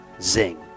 zing